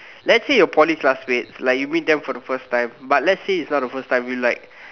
let's say your Poly classmates like you meet them for he first time but let's say it's not the first time you like